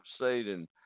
satan